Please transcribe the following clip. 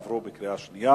עברו בקריאה שנייה.